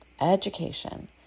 education